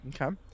Okay